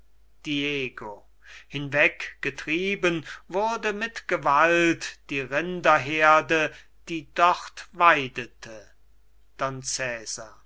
hinweg getrieben wurde mit gewalt die rinderheerde die dort weidete